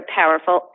powerful